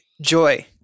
joy